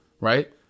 right